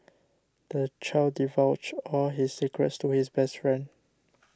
the child divulged all his secrets to his best friend